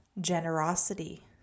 generosity